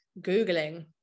Googling